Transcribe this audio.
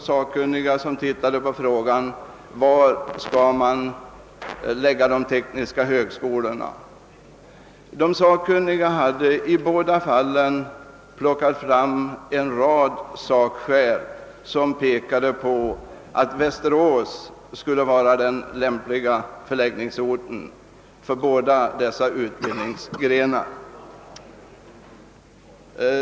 Sakkunniga har också utrett frågan var de tekniska högskolorna skall ligga. Sakskäl anfördes från utredningarnas sida för att Västerås var lämplig förläggningsort beträffande båda dessa utbildningsgrenar.